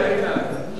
אילן,